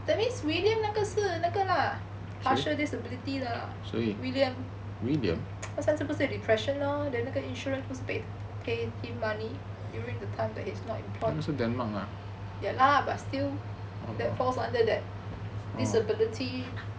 that means william 那个是那个 lah partial disability 的 lah william 他上次不是有 depression lor then 那个 insurance 不是 pay him money during the time he is not employed ya lah but still that falls under that disability insurance already isn't it